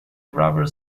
rubber